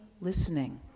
listening